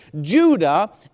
Judah